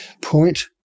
point